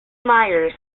myers